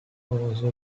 also